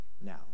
now